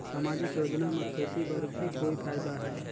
समाजिक योजना म खेती बर भी कोई फायदा है?